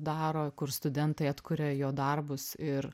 daro kur studentai atkuria jo darbus ir